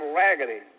raggedy